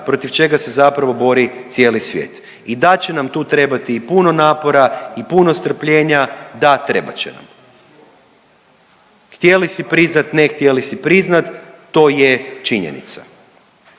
protiv čega se zapravo bori cijeli svijet. I da će nam tu trebati i puno napora i puno strpljenja, da trebat će nam. Htjeli si priznat, ne htjeli si priznat. To je činjenica.